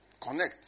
Connect